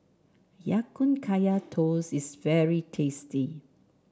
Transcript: Ya Kun Kaya Toast is very tasty